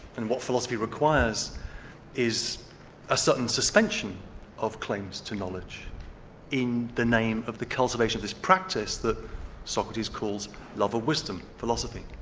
and what philosophy requires is a certain suspension of claims to knowledge in the name of the cultivation of his practice that socrates calls love of wisdom, philosophy.